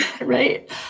Right